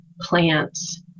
plants